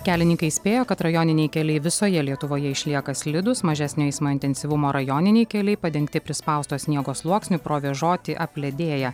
kelininkai įspėja kad rajoniniai keliai visoje lietuvoje išlieka slidūs mažesnio eismo intensyvumo rajoniniai keliai padengti prispausto sniego sluoksniu provėžoti apledėję